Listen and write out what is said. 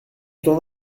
t’en